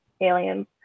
aliens